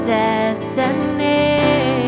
destiny